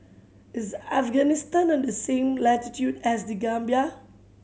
is Afghanistan on the same latitude as The Gambia